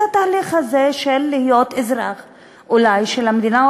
התהליך הזה של להיות אזרח של המדינה אולי,